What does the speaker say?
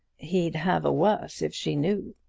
he'd have a worse if she knew!